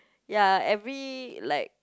ya every like